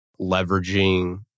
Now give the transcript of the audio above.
leveraging